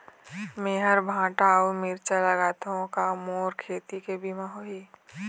मेहर भांटा अऊ मिरचा लगाथो का मोर खेती के बीमा होही?